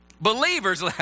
Believers